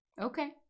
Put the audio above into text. Okay